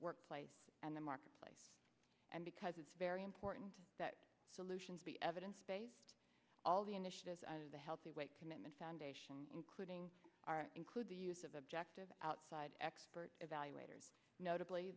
workplace and the marketplace and because it's very important that solutions be evidence based all the initiatives the healthy weight commitment foundation including our include the use of objective outside expert evaluators notably